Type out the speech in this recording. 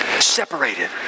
Separated